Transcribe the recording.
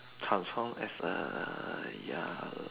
transform as a ya